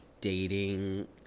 dating